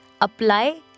apply